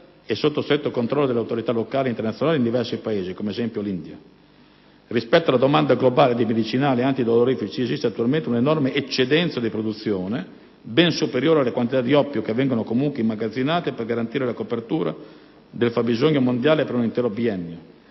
e sotto stretto controllo delle autorità locali ed internazionali, in diversi Paesi (come, ad esempio, in India). Rispetto alla domanda globale di medicinali antidolorifici, esiste attualmente un'enorme eccedenza di produzione, ben superiore alle quantità di oppio che vengono comunque immagazzinate per garantire la copertura del fabbisogno mondiale per un intero biennio.